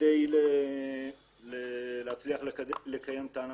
כדי להצליח לקיים את הענף.